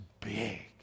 big